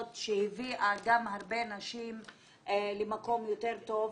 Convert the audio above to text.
שהביאה גם הרבה נשים למקום יותר טוב,